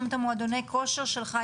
שלך,